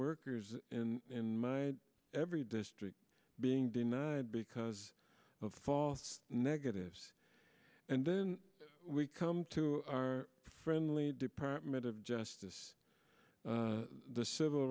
workers in my every district being denied because of false negatives and then we come to our friendly department of justice the civil